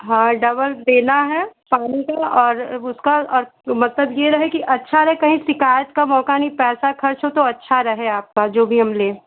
हाँ डबल देना है पानी का और उसका मतलब यह रहे कि अच्छा रहे कहीं शिकायत का मौक़ा नहीं पैसा ख़र्च हो तो अच्छा रहे आपका जो भी हम लें